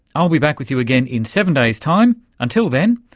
i'll be back with you again in seven days time. until then,